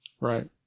Right